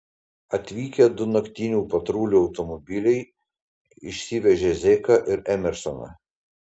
atvykę du naktinių patrulių automobiliai išsivežė zeką ir emersoną